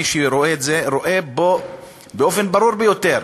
מי שרואה את זה רואה פה באופן ברור ביותר,